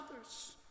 others